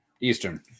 eastern